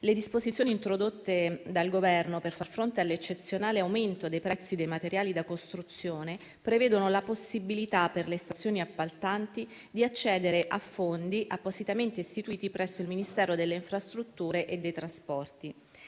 Le disposizioni introdotte dal Governo per far fronte all'eccezionale aumento dei prezzi dei materiali da costruzione prevedono la possibilità per le stazioni appaltanti di accedere a fondi appositamente istituiti presso il Ministero delle infrastrutture e dei trasporti.